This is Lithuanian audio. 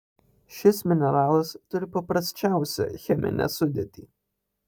šis mineralas turi paprasčiausią cheminę sudėtį